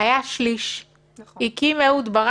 שלא קיים בתקנון,